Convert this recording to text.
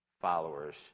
followers